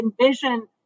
envision